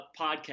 podcast